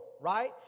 right